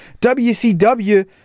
WCW